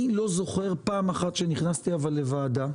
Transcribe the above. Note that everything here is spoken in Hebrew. אני לא זוכר פעם אחת שנכנסתי לוועדה,